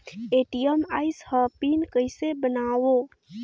ATM आइस ह PIN कइसे बनाओ?